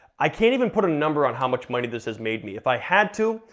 i can't even put a number on how much money this has made me. if i had to,